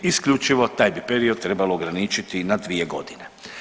Isključivo taj bi period trebalo ograničiti na dvije godine.